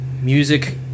music